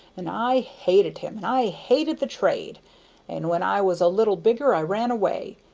and i hated him, and i hated the trade and when i was a little bigger i ran away,